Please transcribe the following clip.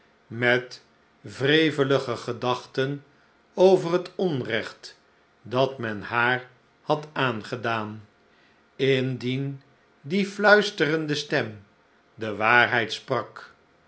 met wrevelige gedachten over het onrecht dat men haar had aangedaan indien die flutsterende stem de waarheid sprak